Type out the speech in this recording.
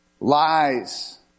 lies